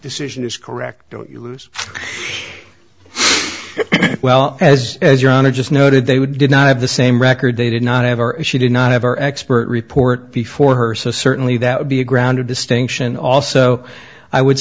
decision is correct don't you lose well as as your honor just noted they would did not have the same record they did not have our she did not have our expert report before her so certainly that would be a grounder distinction also i would